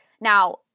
Now